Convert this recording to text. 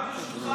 רק ברשותך,